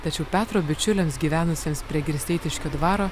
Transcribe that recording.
tačiau petro bičiuliams gyvenusiems prie girsteitiškio dvaro